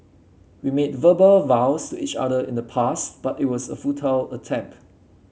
we made verbal vows to each other in the past but it was a futile attempt